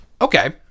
Okay